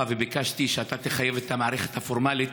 וביקשתי שאתה תחייב את המערכת הפורמלית